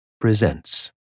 presents